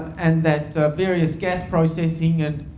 and that various gas processing and